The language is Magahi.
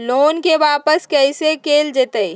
लोन के वापस कैसे कैल जतय?